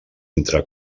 entre